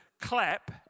clap